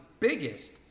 biggest